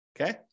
Okay